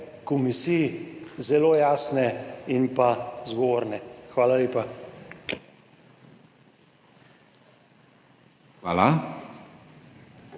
komisij zelo jasne in pa zgovorne. Hvala lepa.